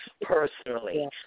personally